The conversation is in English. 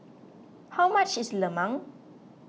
how much is Lemang